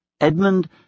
Edmund